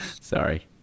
Sorry